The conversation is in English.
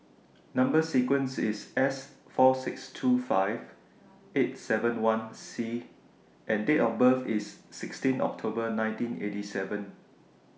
Number sequence IS S four six two five eight seven one C and Date of birth IS sixteen October nineteen eighty seven